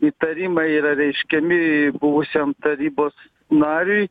įtarimai yra reiškiami buvusiam tarybos nariui